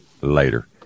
Later